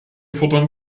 fordern